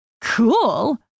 Cool